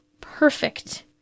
perfect